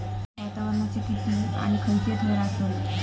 वातावरणाचे किती आणि खैयचे थर आसत?